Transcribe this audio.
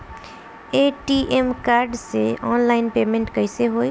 ATM card से online payment कैसे होई?